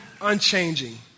unchanging